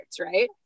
right